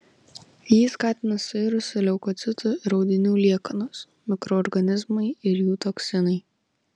jį skatina suirusių leukocitų ir audinių liekanos mikroorganizmai ir jų toksinai